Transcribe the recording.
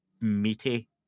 meaty